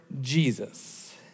Jesus